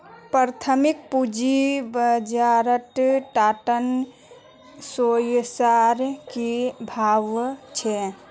प्राथमिक पूंजी बाजारत टाटा शेयर्सेर की भाव छ